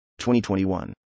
2021